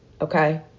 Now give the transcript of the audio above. okay